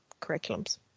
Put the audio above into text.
curriculums